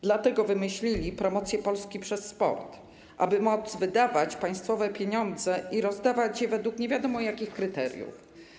Dlatego wymyślili promocję Polski przez sport, aby móc wydawać państwowe pieniądze i rozdawać je według nie wiadomo jakich kryteriów.